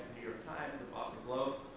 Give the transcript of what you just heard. york times, the boston globe,